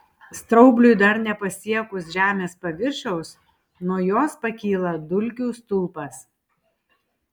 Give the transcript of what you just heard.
straubliui dar nepasiekus žemės paviršiaus nuo jos pakyla dulkių stulpas